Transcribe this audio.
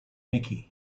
miki